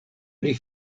pri